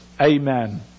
amen